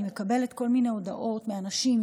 אני מקבלת כל מיני הודעות מאנשים,